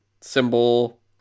symbol